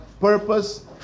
purpose